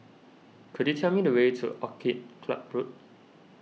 could you tell me the way to Orchid Club Road